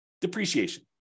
depreciation